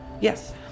Yes